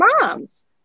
moms